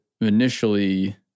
initially